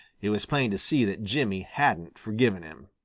it was plain to see that jimmy hadn't forgiven him.